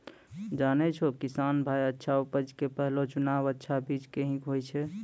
जानै छौ किसान भाय अच्छा उपज के पहलो चुनाव अच्छा बीज के हीं होय छै